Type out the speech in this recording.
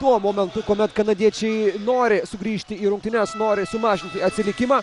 tuo momentu kuomet kanadiečiai nori sugrįžti į rungtynes nori sumažinti atsilikimą